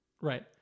right